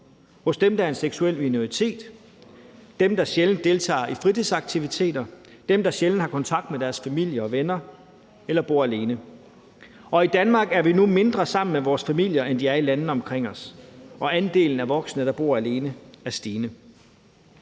hos dem, der er en seksuel minoritet, dem, der sjældent deltager i fritidsaktiviteter, og hos dem, der sjældent har kontakt til deres familier og venner eller bor alene. Og i Danmark er vi nu mindre sammen med vores familier, end de er i landene omkring os, og andelen af voksne, der bor alene, er stigende.